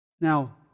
Now